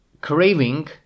craving